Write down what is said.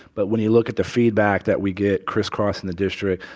but when you look at the feedback that we get crisscross in the district